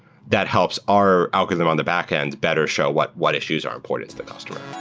that helps our algorithm on the backend better show what what issues are important to the customer.